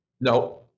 no